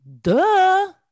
duh